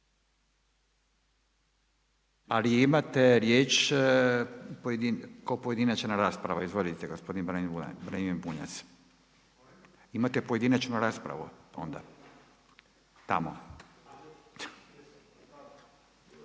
ali imate riječ kao pojedinačna rasprava. Izvolite gospodin Branimir Bunjac, imate pojedinačnu raspravu, onda, tamo.